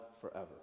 forever